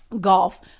golf